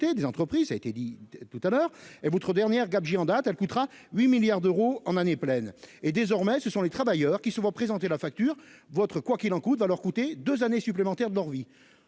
des entreprises a été dit tout à l'heure et votre dernière en date, elle coûtera 8 milliards d'euros en année pleine et désormais ce sont les travailleurs qui souvent présenter la facture votre quoi qu'il en coûte, va leur coûter 2 années supplémentaires de leur vie.